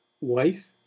wife